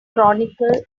chronicle